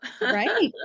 Right